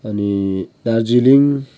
अनि दार्जिलिङ